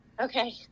Okay